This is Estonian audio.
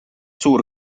suur